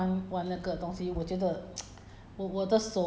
mm 我我没有玩过我不知道 I I